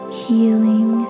healing